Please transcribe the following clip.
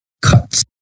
Cuts